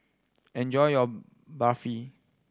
enjoy your Barfi